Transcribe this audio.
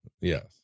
Yes